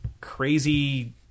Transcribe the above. crazy